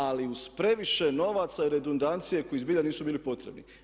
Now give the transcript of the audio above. Ali uz previše novaca i redundancije koji zbilja nisu bili potrebni.